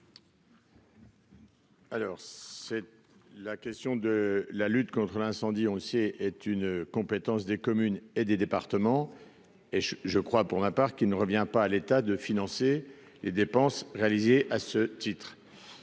La lutte contre les incendies est une compétence des communes et des départements. Pour ma part, je pense qu'il ne revient pas à l'État de financer les dépenses réalisées à ce titre.